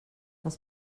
les